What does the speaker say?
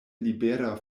libera